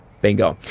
bingo.